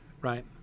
right